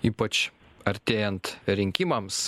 ypač artėjant rinkimams